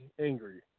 angry